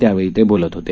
त्यावेळी ते बोलत होते